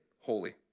holy